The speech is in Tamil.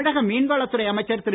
தமிழக மீன்வளத் துறை அமைச்சர் திரு